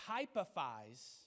typifies